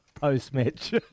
post-match